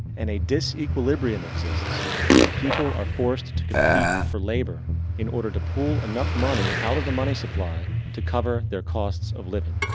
and a disequilibrium exists where people are forced to compete for labor in order to pull enough money out of the money supply to cover their costs of living.